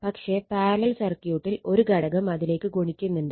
പക്ഷെ പാരലൽ സർക്യൂട്ടിൽ ഒരു ഘടകം അതിലേക്ക് ഗുണിക്കുന്നുണ്ട്